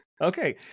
okay